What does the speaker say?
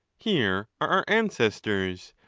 here are our ancestors,